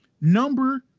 Number